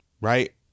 right